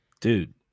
dude